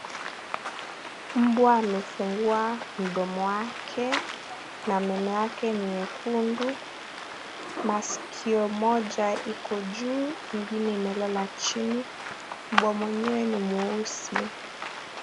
Mbwa amefungua mdomo wake na meno yake ni nyekundu. Masikio moja iko juu ingine imelala chini. Mbwa mwenyewe ni mweusi.